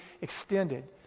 extended